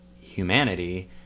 humanity